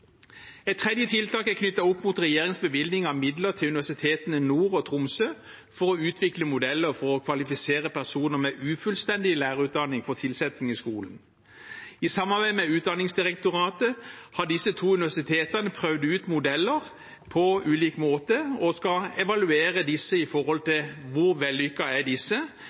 Et tredje tiltak er knyttet til regjeringens bevilgning av midler til Nord universitet og Universitet i Tromsø for å utvikle modeller for å kvalifisere personer med ufullstendig lærerutdanning for tilsetting i skolen. I samarbeid med Utdanningsdirektoratet har disse to universitetene prøvd ut modeller på ulik måte og skal evaluere disse etter hvor vellykket de er